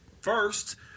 first